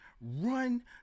Run